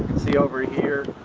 see over here.